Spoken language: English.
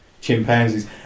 chimpanzees